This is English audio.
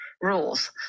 rules